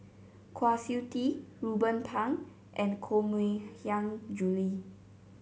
Kwa Siew Tee Ruben Pang and Koh Mui Hiang Julie